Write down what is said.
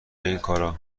اینکارا